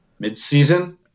midseason